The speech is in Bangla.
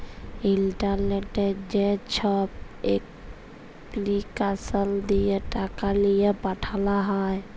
ইলটারলেটে যেছব এপলিকেসল দিঁয়ে টাকা লিঁয়ে পাঠাল হ্যয়